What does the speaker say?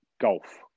golf